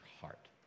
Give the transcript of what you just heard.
heart